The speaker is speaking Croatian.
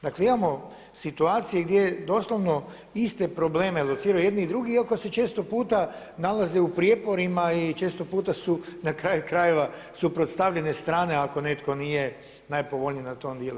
Dakle imamo situacije gdje doslovno iste probleme lociraju i jedni i drugi iako se često puta nalaze u prijeporima i često puta su na kraju krajeva suprotstavljene strane ako netko nije najpovoljnije na tom dijelu.